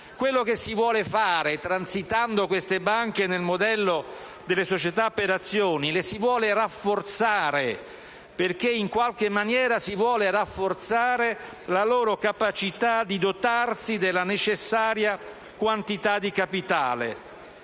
Quello che si vuole fare, transitando queste banche nel modello delle società per azioni, è rafforzarle: in qualche maniera si vuole rafforzare la loro capacità di dotarsi della necessaria quantità di capitale.